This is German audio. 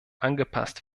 angepasst